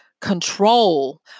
control